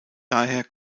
daher